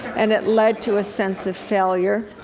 and it led to a sense of failure.